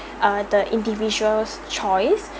ah the individuals choice